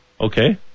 Okay